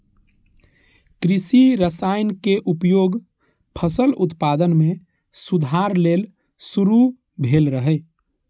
कृषि रसायनक उपयोग फसल उत्पादन मे सुधार लेल शुरू भेल रहै